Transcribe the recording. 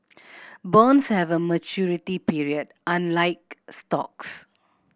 bonds have a maturity period unlike stocks